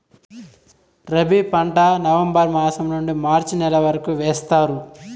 రబీ పంట నవంబర్ మాసం నుండీ మార్చి నెల వరకు వేస్తారు